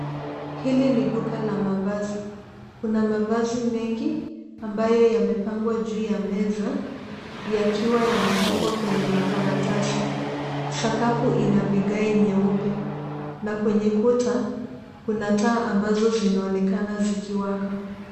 Hili ni duka la mavazi. Kuna mavazi mengi ambayo yamepangwa juu ya meza yakiwa yamefungwa kwenye makaratasi. Sakafu ina vigae nyeupe na kwenye kuta kuna taa ambazo zinaonekana zikiwaka.